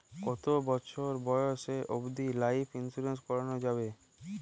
কতো বছর বয়স অব্দি লাইফ ইন্সুরেন্স করানো যাবে?